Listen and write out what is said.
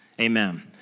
Amen